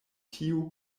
tiu